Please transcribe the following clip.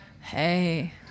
hey